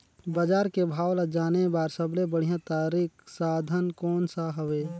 बजार के भाव ला जाने बार सबले बढ़िया तारिक साधन कोन सा हवय?